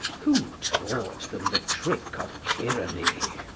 who taught them the trick of tyranny?